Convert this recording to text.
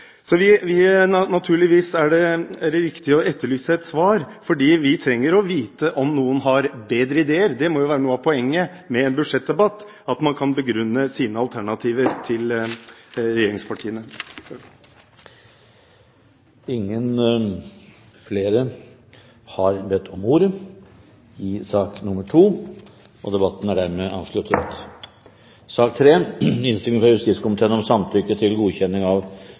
Naturligvis er det viktig å etterlyse et svar, fordi vi trenger å vite om noen har bedre ideer. Noe av poenget med en budsjettdebatt må jo være at man kan begrunne sine alternativer overfor regjeringspartiene. Flere har ikke bedt om ordet til sakene nr. 1 og 2. Ingen har bedt om ordet. Ingen har bedt om ordet. Etter ønske fra justiskomiteen vil presidenten foreslå at taletiden begrenses til